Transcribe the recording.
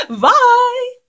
bye